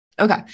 Okay